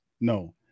No